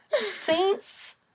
Saints